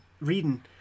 reading